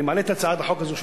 אני מעלה את הצעת החוק הזאת,